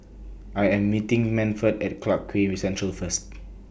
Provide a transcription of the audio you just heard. I Am meeting Manford At Clarke Quay Central First